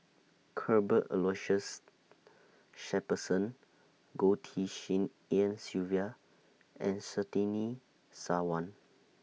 Cuthbert Aloysius Shepherdson Goh Tshin En Sylvia and Surtini Sarwan